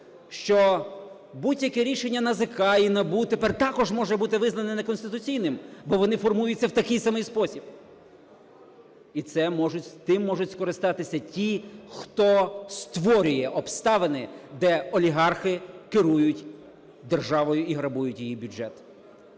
що будь-яке рішення НАЗК і НАБУ тапере також може бути визнано неконституційним, бо вони формуються в такий самий спосіб. І тим можуть скористатися ті, хто створює обставини, де олігархи керують державою і грабують її бюджет.